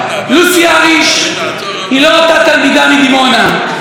לוסי אהריש היא לא אותה תלמיד מדימונה,